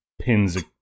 pins